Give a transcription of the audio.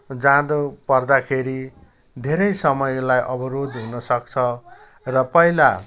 जानु पर्दाखेरि धेरै समयलाई अवरोध हुनसक्छ र पहिला